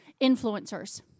influencers